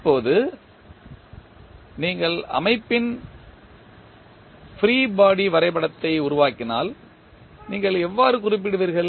இப்போது நீங்கள் அமைப்பின் ஃப்ரீ பாடி வரைபடத்தை உருவாக்கினால் நீங்கள் எவ்வாறு குறிப்பிடுவீர்கள்